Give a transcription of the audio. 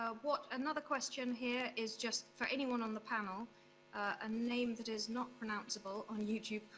ah what another question here is just for anyone on the panel a name that is not pronounceable on youtube.